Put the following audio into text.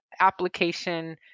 application